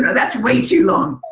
that's way too long.